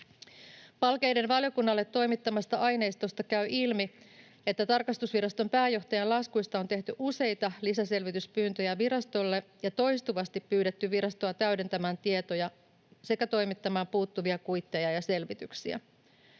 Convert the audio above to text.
Palkeiden valiokunnalle toimittamasta aineistosta käy ilmi, että tarkastusviraston pääjohtajan laskuista on tehty useita lisäselvityspyyntöjä virastolle ja virastoa on toistuvasti pyydetty täydentämään tietoja sekä toimittamaan puuttuvia kuitteja ja selvityksiä.